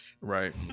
right